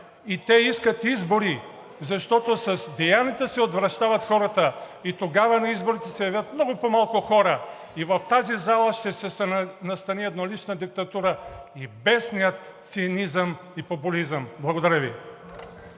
Те искат избори, защото с деянията си отвращават хората и тогава на изборите ще се явят много по-малко хора и в тази зала ще се настани еднолична диктатура и бесният цинизъм и популизъм. Благодаря Ви.